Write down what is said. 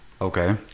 okay